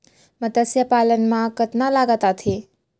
मतस्य पालन मा कतका लागत आथे?